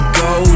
go